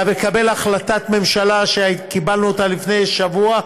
לקבל את החלטת הממשלה שקיבלנו לפני שבוע.